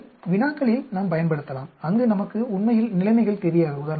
எனவே வினாக்களில் நாம் பயன்படுத்தலாம் அங்கு நமக்கு உண்மையில் நிலைமைகள் தெரியாது